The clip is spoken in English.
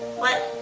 what?